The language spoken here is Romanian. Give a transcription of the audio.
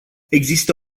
există